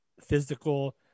physical